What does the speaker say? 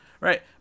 Right